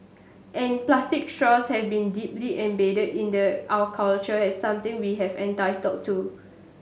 and plastic straws have been deeply embedded in the our culture has something we have entitled to